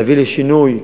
להביא לשינוי,